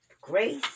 grace